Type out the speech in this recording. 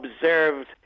observed